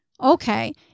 Okay